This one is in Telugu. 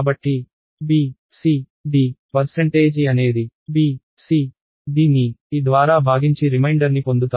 కాబట్టి b c d percentage e అనేది b c d ని e ద్వారా భాగించి రిమైండర్ని పొందుతారు